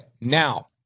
Now